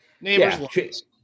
Neighbors